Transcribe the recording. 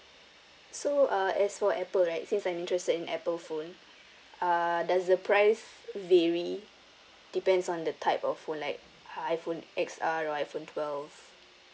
so uh as for apple right since I'm interested in apple phone uh does the price vary depends on the type of phone like iphone X R or iphone twelve